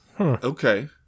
Okay